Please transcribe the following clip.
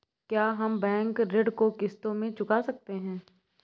क्या हम बैंक ऋण को किश्तों में चुका सकते हैं?